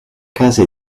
casa